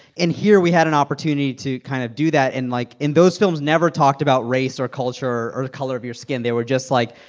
in here, we had an opportunity to kind of do that and, like and those films never talked about race or culture or the color of your skin. they were just like,